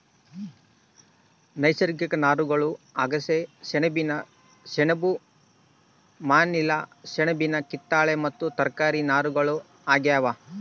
ನೈಸರ್ಗಿಕ ನಾರುಗಳು ಅಗಸೆ ಸೆಣಬಿನ ಸೆಣಬು ಮನಿಲಾ ಸೆಣಬಿನ ಕತ್ತಾಳೆ ಮತ್ತು ತರಕಾರಿ ನಾರುಗಳು ಆಗ್ಯಾವ